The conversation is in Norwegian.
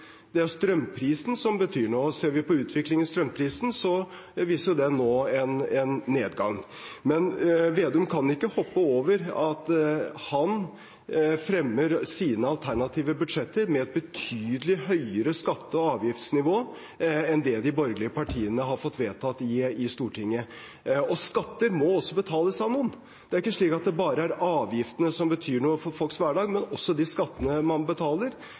viser den nå en nedgang. Representanten Vedum kan ikke hoppe over at han fremmer sine alternative budsjetter med et betydelig høyere skatte- og avgiftsnivå enn det de borgerlige partiene har fått vedtatt i Stortinget. Skatter må også betales av noen. Det er ikke bare avgiftene som betyr noe for folks hverdag, det gjør også skattene man betaler